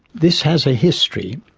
this has a history.